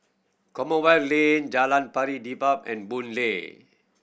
Commonwealth Lane Jalan Pari Dedap and Boon Lay